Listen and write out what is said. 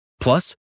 Plus